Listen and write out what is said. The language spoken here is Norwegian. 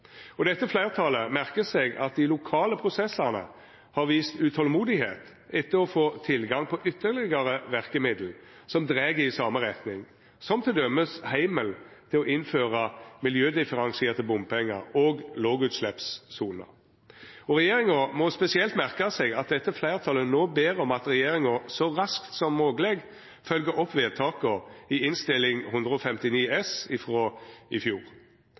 Dette fleirtalet merkar seg at dei lokale prosessane har vist utolmod etter å få tilgang på ytterlegare verkemiddel som dreg i same retning, som t.d. heimel til å innføra miljødifferensierte bompengar og lågutsleppssoner. Regjeringa må spesielt merka seg at dette fleirtalet no ber om at regjeringa så raskt som mogleg følgjer opp vedtaka i Innst. 159 S frå i fjor.